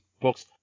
books